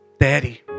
daddy